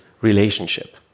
relationship